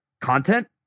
content